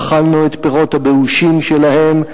אכלנו את הפירות הבאושים שלהם,